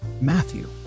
Matthew